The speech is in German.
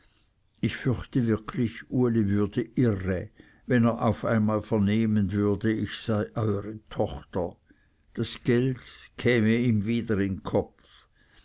ich fürchte wirklich uli würde irre wenn er so auf einmal vernehmen würde ich sei euere tochter das geld käme ihm wieder in kopf